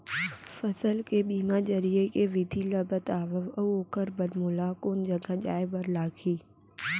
फसल के बीमा जरिए के विधि ला बतावव अऊ ओखर बर मोला कोन जगह जाए बर लागही?